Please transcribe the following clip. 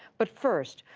but, first,